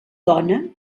dona